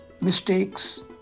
mistakes